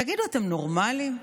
תגידו, אתם נורמליים?